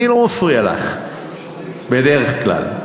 אני לא מפריע לך בדרך כלל.